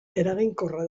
eraginkorra